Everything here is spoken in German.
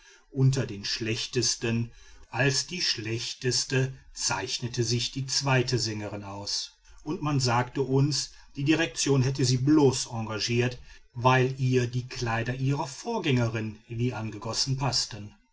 unter den schlechtesten als die schlechteste zeichnete sich die zweite sängerin aus und man sagte uns die direktion hätte sie bloß engagiert weil ihr die kleider ihrer vorgängerin wie angegossen paßten